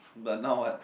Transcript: but now what